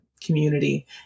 community